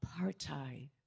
apartheid